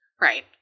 Right